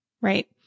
Right